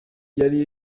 yari